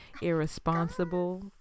Irresponsible